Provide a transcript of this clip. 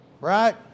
Right